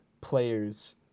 players